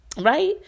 right